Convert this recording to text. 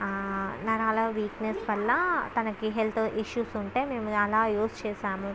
ఆ నరాల వీక్నెస్ వల్ల తనకి హెల్త్ ఇష్యూస్ ఉంటే మేము అలా యూస్ చేసాము